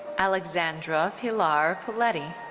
alexandra pilar puletti.